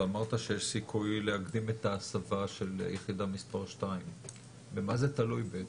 אתה אמרת שיש סיכוי להקדים את ההסבה של יחידה מספר 2. במה זה תלוי בעצם?